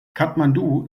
kathmandu